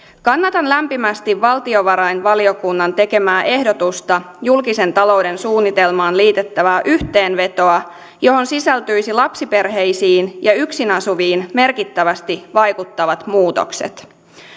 kannatan lämpimästi valtiovarainvaliokunnan tekemää ehdotusta julkisen talouden suunnitelmaan liitettävää yhteenvetoa johon sisältyisi lapsiperheisiin ja yksin asuviin merkittävästi vaikuttavat muutokset